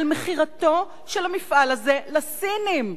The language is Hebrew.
על מכירתו של המפעל הזה לסינים,